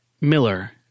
Miller